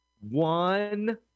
one